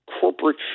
corporate